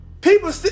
people